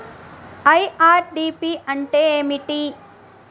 IRDP అంటే ఏమిటి?